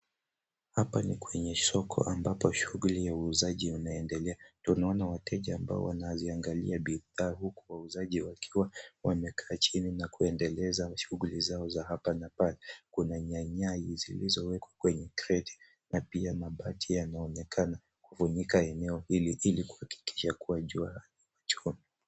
Hapa ni kwenye soko ambapo shughuli ya uuzaji unaendelea. Tunaona wateja ambao wanaziangalia bidhaa huku wauzaji wakiwa wamekaa chini na kuendeleza shughuli zao za hapa na pale. Kuna nyanya zilizowekwa kwenye kreti na pia mabati yanaonekana kufunika eneo hili ili kuhakikisha kuwa jua haiwachomi.